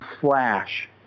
flash